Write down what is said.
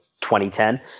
2010